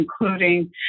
including